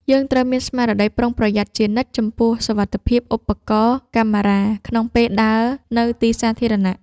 យើងត្រូវមានស្មារតីប្រុងប្រយ័ត្នជានិច្ចចំពោះសុវត្ថិភាពឧបករណ៍កាមេរ៉ាក្នុងពេលដើរនៅទីសាធារណៈ។